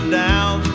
down